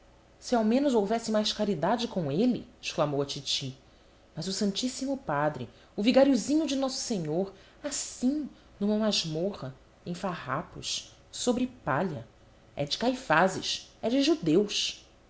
se ao menos houvesse mais caridade com ele exclamou a titi mas o santíssimo padre o vigariozinho de nosso senhor assim numa masmorra em farrapos sobre palha é de caifases é de judeus